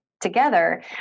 together